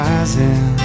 Rising